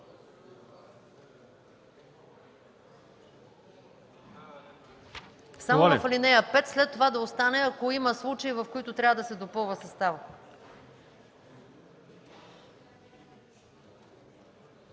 само в ал. 5, след това да остане, ако има случаи, в които трябва да се допълва съставът.